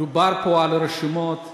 דובר פה על רשימות.